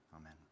Amen